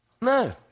No